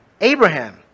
Abraham